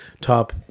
top